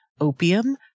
opium